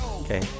Okay